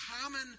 common